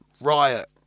riot